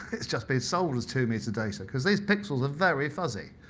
it's just been sold as two meter data, because these pixels are very fuzzy.